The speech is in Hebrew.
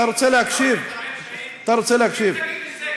תקשיב קצת.